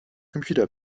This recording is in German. computer